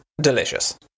delicious